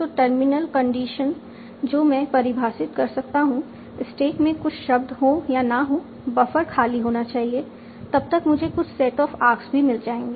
तो terminal condition जो मैं परिभाषित कर सकता हूं स्टैक में कुछ शब्द हो या ना हो बफर खाली होना चाहिए तब तक मुझे कुछ सेट ऑफ आर्क्स भी मिल जाएंगे